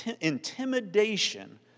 intimidation